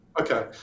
Okay